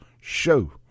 Show